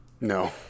no